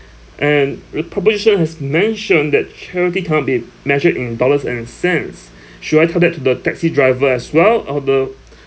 and republisher has mentioned that charity can't be measured in dollars and cents should I tell that to the taxi driver as well or the